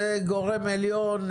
זה גורם עליון,